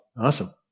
Awesome